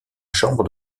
chambre